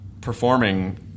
performing